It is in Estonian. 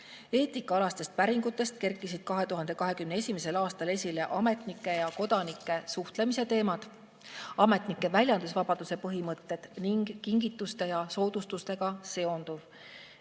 Eetikaalastest päringutest kerkisid 2021. aastal esile ametnike ja kodanike suhtlemise teemad, ametnike väljendusvabaduse põhimõtted ning kingituste ja soodustustega seonduv.